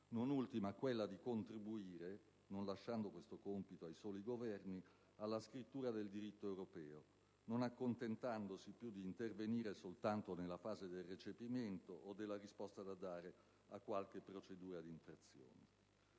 non ultima quella di contribuire - non lasciando questo compito ai soli Governi - alla scrittura del diritto europeo, non accontentandosi più di intervenire soltanto nella fase del recepimento o della risposta da dare a qualche procedura di infrazione.